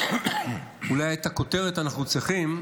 אולי את הכותרת שלו אנחנו צריכים,